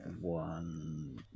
one